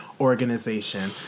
organization